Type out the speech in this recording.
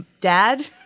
dad